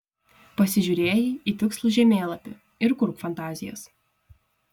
pasižiūrėjai į tikslų žemėlapį ir kurk fantazijas